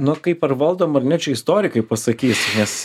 nu kaip ar valdom ar ne čia istorikai pasakys nes